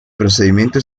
procedimiento